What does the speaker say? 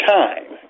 time